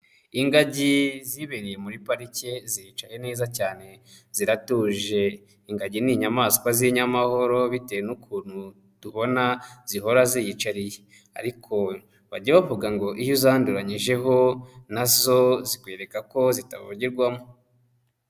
Ingagi zibereye muri pariki ziricaye neza cyane ziratuje. Ingagi ni inyamaswa z'inyamahoro, bitewe n'ukuntu tubona zihora ziyicariye. Ariko bajya bavuga ngo iyo uzanduranyijeho, na zo zikwereka ko zitavugirwamo.